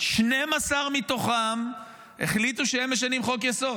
12 מתוכם החליטו שהם משנים חוק-יסוד.